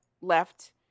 left